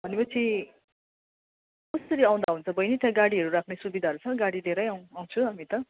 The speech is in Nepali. भनेपछि कसरी आउँदा हुन्छ बहिनी त्यहाँ गाडीहरू राख्ने सुविधाहरू छ गाडी लिएरै आउँछु हामी त